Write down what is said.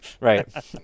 Right